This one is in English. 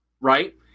right